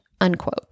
unquote